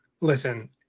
listen